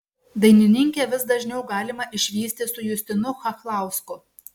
dainininkę vis dažniau galima išvysti su justinu chachlausku